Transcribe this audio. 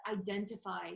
identify